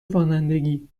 رانندگی